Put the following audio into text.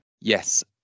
Yes